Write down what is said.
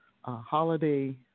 holiday